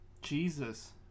Jesus